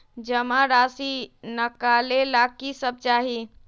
जमा राशि नकालेला कि सब चाहि?